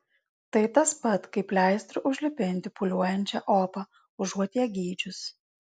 tai tas pat kaip pleistru užlipinti pūliuojančią opą užuot ją gydžius